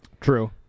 True